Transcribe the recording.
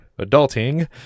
adulting